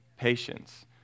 patience